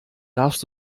darfst